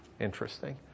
interesting